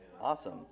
Awesome